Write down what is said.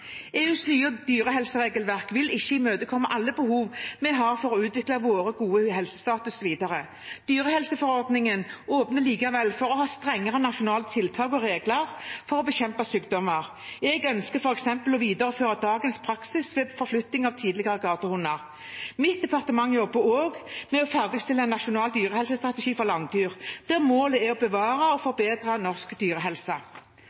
EUs nye dyrehelseregelverk vil ikke imøtekomme alle behov vi har for å utvikle vår gode helsestatus videre. Dyrehelseforordningen åpner likevel for å ha strengere nasjonale tiltak og regler for å bekjempe sykdommer. Jeg ønsker f.eks. å videreføre dagens praksis ved forflytting av tidligere gatehunder. Mitt departement jobber også med å ferdigstille en nasjonal dyrehelsestrategi for landdyr, der målet er å bevare og